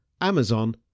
Amazon